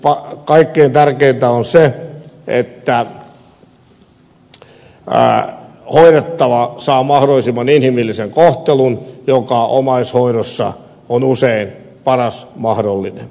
tietenkin kaikkein tärkeintä on se että hoidettava saa mahdollisimman inhimillisen kohtelun joka omaishoidossa on usein paras mahdollinen